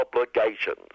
obligations